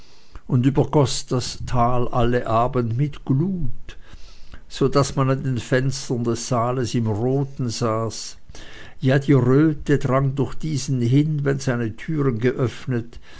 und übergoß das tal alle abend mit glut daß man an den fenstern des saales im roten saß ja die röte drang durch diesen hin wenn seine türen geöffnet